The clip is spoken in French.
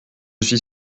suis